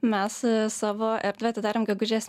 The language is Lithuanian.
mes savo erdvę atidarėm gegužės